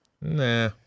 Nah